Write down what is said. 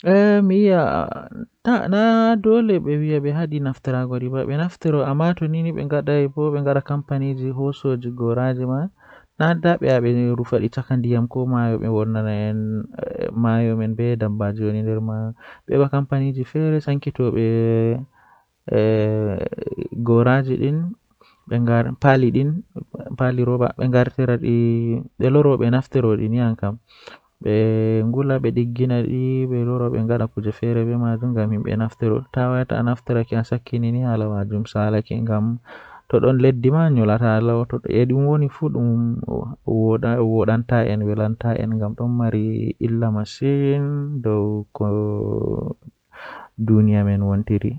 Jangirde mi ɓuri yiɗugo wakkati mido makaranta kannjum woni Miɗo yiɗi cuɓoraaɗi mbadi kala ɗe geɗe ɗiɗi, ko yowitorde ɓe e tawru ngeewre. Ɓe aɗa njogii mi saɗaaki kaɓe ɗum njogii, ko njogii so miɗo waɗi neɗɗaare moƴƴere e nyallude njamaaji.